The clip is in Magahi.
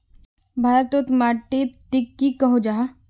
भारत तोत माटित टिक की कोहो जाहा?